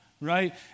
right